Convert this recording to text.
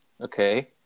okay